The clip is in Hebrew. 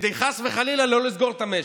כדי חס וחלילה לא לסגור את המשק?